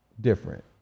different